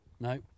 No